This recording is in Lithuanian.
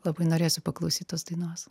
labai norėsiu paklausyt tos dainos